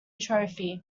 trophy